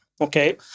Okay